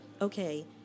Okay